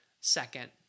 second